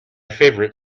favourite